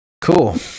cool